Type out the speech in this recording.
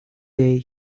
day